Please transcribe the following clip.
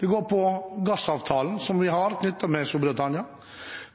Det går på gassavtalen som vi har med Storbritannia.